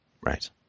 Right